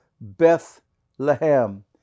Bethlehem